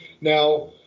now